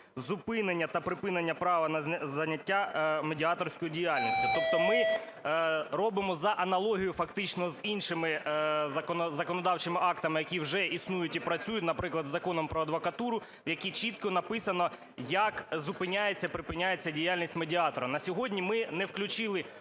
"Зупинення та припинення права на заняття медіаторською діяльністю." Тобто ми робимо за аналогією фактично з іншими законодавчими актами, які вже існують і працюють, наприклад, з Законом про адвокатуру, в якій чітко написано, як зупиняється і припиняється діяльність медіатора.